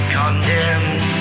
condemned